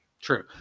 True